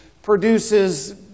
produces